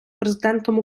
президентом